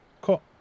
Cool